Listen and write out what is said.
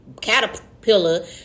caterpillar